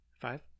Five